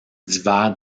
divers